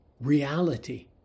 reality